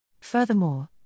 Furthermore